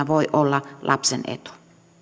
voi olla lapsen etu